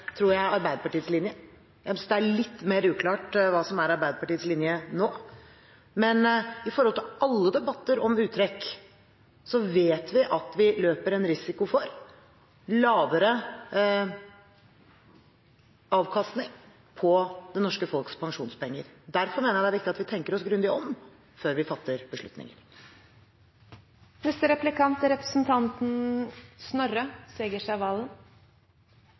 tror jeg – Arbeiderpartiets linje. Jeg synes det er litt mer uklart hva som er Arbeiderpartiets linje nå. Men med tanke på alle debatter om uttrekk vet vi at vi løper en risiko for lavere avkastning på det norske folks pensjonspenger. Derfor mener jeg det er viktig at vi tenker oss grundig om før vi fatter beslutninger.